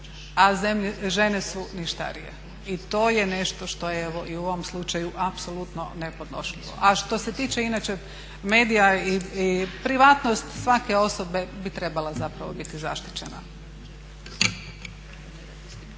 a žene su ništarije. I to je nešto što je u ovom slučaju apsolutno nepodnošljivo. A što se tiče inače medija, privatnost svake osobe bi trebala zapravo biti zaštićena.